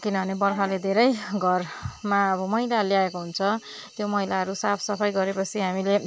किनभने बर्खाले धेरै घरमा अब मैला ल्याएको हुन्छ त्यो मैलाहरू साफ सफाइ गरेपछि हामीले